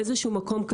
באיזה שהוא מקום,